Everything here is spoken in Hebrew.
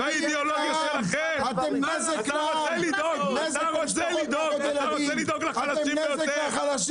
--- ככה אתה רוצה לדאוג לחלשים ביותר?